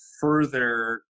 further